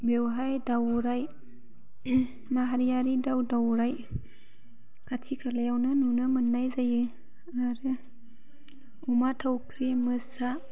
बेवहाय दाउराइ माहारियारि दाउ दाउराइ खाथि खालायावनो नुनो मोन्नाय जायो आरो अमा थावख्रि मोसा